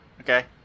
Okay